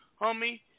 Homie